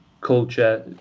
culture